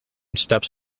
steps